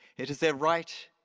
it is their right,